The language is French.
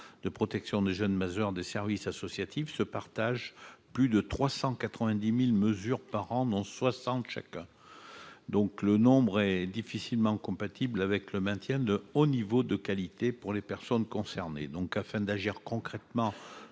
de protection des jeunes majeurs des services associatifs se partagent plus de 390000 mesures par an dont 60 chacun, donc le nombre est difficilement compatible avec le maintien de au niveau de qualité pour les personnes concernées donc afin d'agir concrètement